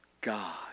God